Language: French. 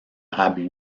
arabes